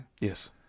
Yes